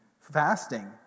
Fasting